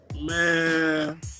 Man